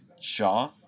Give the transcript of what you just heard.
Shaw